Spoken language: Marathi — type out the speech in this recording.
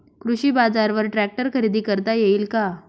कृषी बाजारवर ट्रॅक्टर खरेदी करता येईल का?